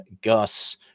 Gus